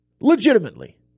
Legitimately